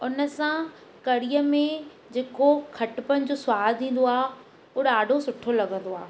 उन सां कढ़ीअ में जेको खटपन जो स्वादु ईंदो आहे हो ॾाढो सुठो लॻंदो आहे